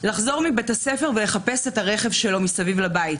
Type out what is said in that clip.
לחזור מבית הספר ולחפש את הרכב שלו מסביב לבית,